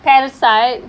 parasite